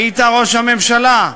היית, ראש הממשלה?